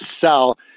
sell